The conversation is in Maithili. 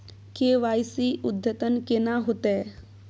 के.वाई.सी अद्यतन केना होतै?